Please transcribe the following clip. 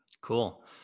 Cool